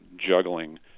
juggling